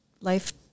life